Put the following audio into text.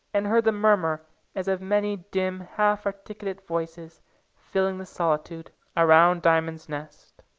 and heard the murmur as of many dim half-articulate voices filling the solitude around diamond's nest.